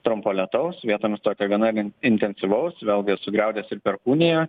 trumpo lietaus vietomis tokio gana intensyvaus vėlgi sugriaudės ir perkūnija